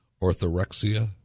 orthorexia